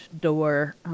door